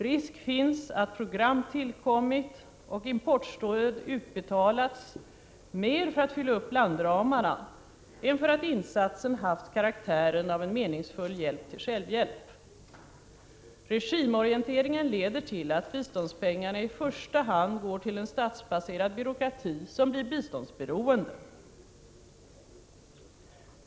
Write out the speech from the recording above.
Risk finns att program tillkommit och importstöd utbetalats mera för att fylla upp landramarna än för att insatsen haft karaktären av en meningsfull hjälp till självhjälp. Regimorienteringen leder till att biståndspengarna i första hand går till en statsbaserad byråkrati som blir biståndsberoende.